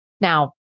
Now